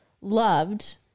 loved